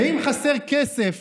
ואם חסר כסף